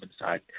inside